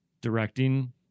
directing